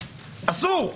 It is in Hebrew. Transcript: אסור.